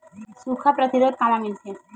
सुखा प्रतिरोध कामा मिलथे?